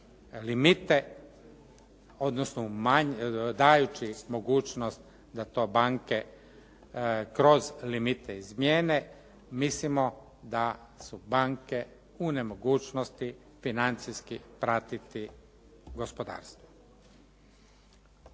limite odnosno dajući mogućnost da to banke kroz limite izmijene mislimo da su banke u nemogućnosti financijski pratiti gospodarstvo.